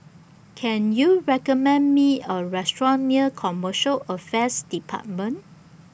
Can YOU recommend Me A Restaurant near Commercial Affairs department